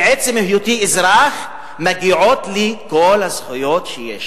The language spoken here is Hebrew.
מעצם היותי אזרח מגיעות לי כל הזכויות שיש.